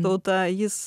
tauta jis